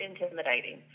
intimidating